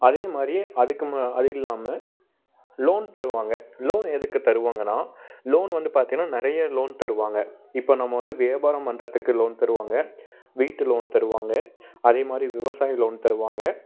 அதே மாதிரி அதுக்கும் அதில்லாமல் லோன் தருவாங்க லோன் எதுக்குத் தருவாங்கன்னா லோன் வந்து பார்த்தீங்கன்னா நிறைய லோன் தருவாங்க இப்போ நம்ம வந்து வியாபாரம் பண்ணுறதுக்கு லோன் தருவாங்க வீட்டு லோன் தருவாங்க அதே மாதிரி விவசாய லோன் தருவாங்க